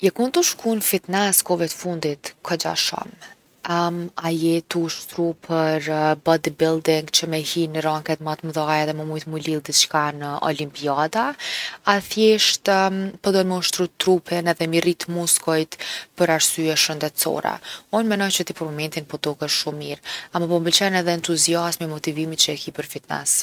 Je kon tu shku n’fitnes kohëve t’fundit kogja shumë. a je tu ushtru për bodybuilding që me hi n’ranket ma t’mdhaja edhe me mujt mu lidh diçka në olimpiada a thjeshtë po don me ushtru trupin edhe mi rrit muskujt për arsyje shëndetsore? Unë menoj që për momentin ti po dokesh shumë mire. Ama po m’pëlqen edhe entuziasmi, motivimi që e ki për fitnes.